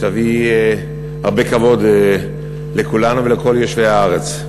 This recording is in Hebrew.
ושתביא הרבה כבוד לכולנו ולכל יושבי הארץ.